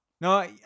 No